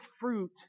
fruit